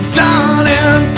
darling